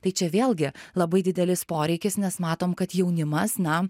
tai čia vėlgi labai didelis poreikis nes matom kad jaunimas na